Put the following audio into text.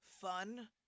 fun